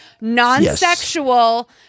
Non-sexual